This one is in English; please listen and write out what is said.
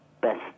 best